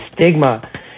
stigma